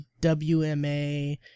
wma